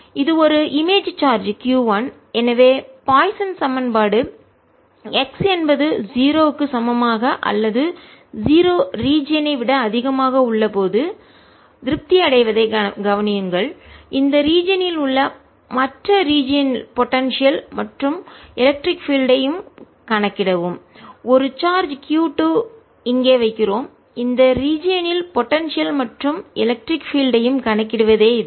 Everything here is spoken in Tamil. இது ஒரு இமேஜ் சார்ஜ் q 1 எனவே பாய்சன் சமன்பாடு x என்பது 0 க்கு சமமாக அல்லது 0 ரீஜியன் ஐ விட அதிகமாக உள்ள போது திருப்தி அடைவதையும் கவனியுங்கள் இந்த ரீஜியன் இல் உள்ள மற்ற ரீஜியன் இல் போடன்சியல் மற்றும் எலக்ட்ரிக் பீல்ட் ஐ யும் கணக்கிடவும் ஒரு சார்ஜ் q 2 ஐ இங்கே வைக்கிறோம் இந்த ரீஜியன் இல் போடன்சியல் மற்றும் எலக்ட்ரிக் பீல்ட் ஐ யும் கணக்கிடுவதே இது